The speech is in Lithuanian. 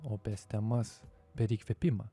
opias temas per įkvėpimą